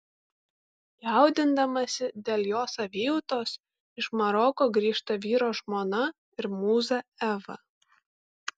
jaudindamasi dėl jo savijautos iš maroko grįžta vyro žmona ir mūza eva